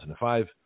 2005